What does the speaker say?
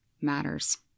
matters